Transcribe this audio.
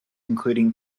including